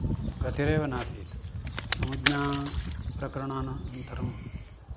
गतिरेव नासीत् संज्ञाप्रकरणानन्तरं